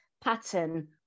pattern